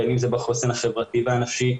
בין אם זה בחוסן החברתי והנפשי,